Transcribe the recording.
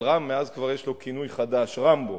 אבל מאז יש לו כבר כינוי חדש: "רמבו".